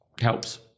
helps